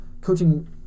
coaching –